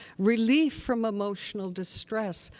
relief from emotional distress.